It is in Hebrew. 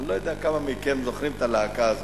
אני לא יודע כמה מכם זוכרים את הלהקה הזאת.